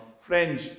Friends